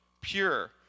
pure